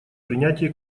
принятии